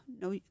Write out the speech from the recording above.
No